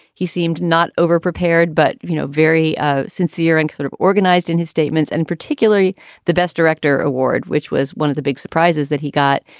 he seemed not overprepared, but, you know, very ah sincere and sort of organized in his statements and particularly the best director award, which was one of the big surprises that he got.